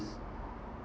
s~